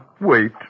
Wait